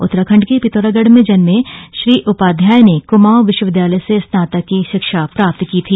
उत्तराखण्ड के पिथौरागढ में जन्मे श्री उपाध्याय ने कुमाऊं विश्वविद्यालय से स्नातक की शिक्षा प्राप्त की थी